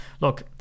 look